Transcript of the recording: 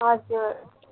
हजुर